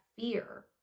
fear